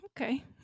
Okay